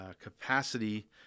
capacity